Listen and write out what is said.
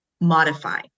modify